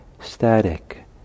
static